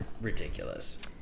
ridiculous